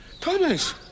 Thomas